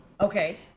okay